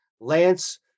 Lance